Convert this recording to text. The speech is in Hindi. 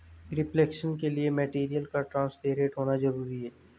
रिफ्लेक्शन के लिए मटेरियल का ट्रांसपेरेंट होना जरूरी है